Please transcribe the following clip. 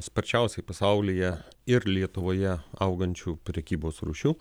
sparčiausiai pasaulyje ir lietuvoje augančių prekybos rūšių